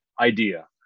idea